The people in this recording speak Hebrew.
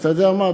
ואתה יודע מה?